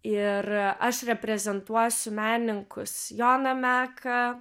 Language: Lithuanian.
ir aš reprezentuosiu menininkus joną meką